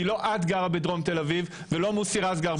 כי לא את גרה בדרום תל אביב ולא מוסי רז.